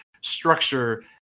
structure